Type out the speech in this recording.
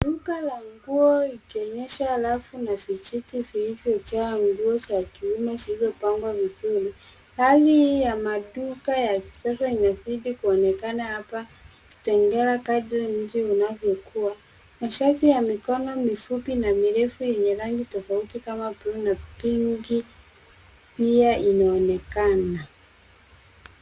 Duka la nguo ikionyesha rafu na vijiti vilivyojaa nguo za kiume zilizopangwa vizuri. Hali hii ya maduka ya kisasa imezidi kuonekana hapa, tengera kadiri mji unavyokua. Mashati ya mikono mifupi na mirefu yenye rangi tofauti kama buluu na pinki pia inaonekana.